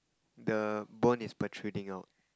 the bone is protruding out